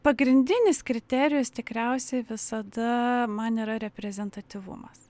pagrindinis kriterijus tikriausiai visada man yra reprezentatyvumas